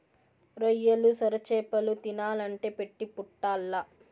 రొయ్యలు, సొరచేపలు తినాలంటే పెట్టి పుట్టాల్ల